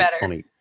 better